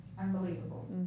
unbelievable